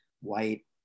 white